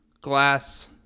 glass